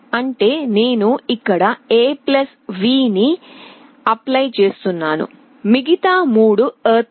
అంటే నేను ఇక్కడ a V ని అప్లై చేస్తున్నాను మిగతా 3 ఎర్త్ లు